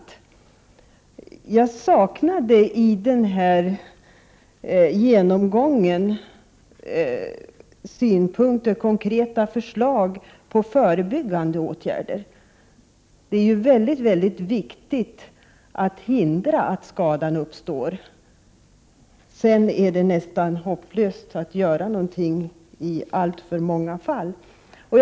år é ax er av regeringen för att Jag saknade i statsrådets genomgång synpunkter och konkreta förslag på motveriavåld bland förebyggande åtgärder. Det är ju mycket viktigt att hindra att skadan Ungdomar uppstår. Har skadan redan uppstått är det i alltför många fall nästan hopplöst att göra något.